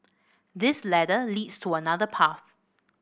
this ladder leads to another path